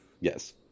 Yes